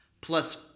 plus